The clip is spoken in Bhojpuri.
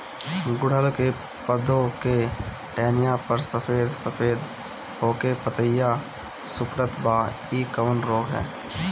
गुड़हल के पधौ के टहनियाँ पर सफेद सफेद हो के पतईया सुकुड़त बा इ कवन रोग ह?